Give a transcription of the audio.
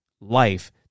life